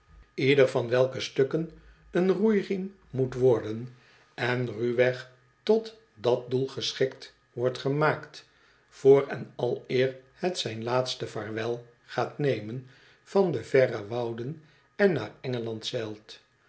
ieder van welke stukken een roeiriem moet worden en ruw weg tot dat doel geschikt wordt gemaakt voor on aleer het zijn laatste vaarwel gaat nemen van de verre wouden en naar engeland zeilt